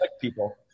people